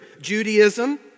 Judaism